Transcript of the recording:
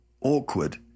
Awkward